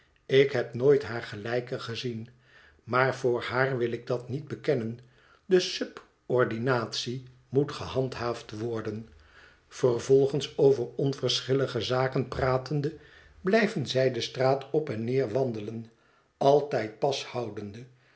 ik heb nooit haar gelijke gezien maar voor haar wil ik dat niet bekennen de subordinatie moet gehandhaafd worden vervolgens over onverschillige zaken pratende blijven zij de straat op en neer wandelen altijd pas houdende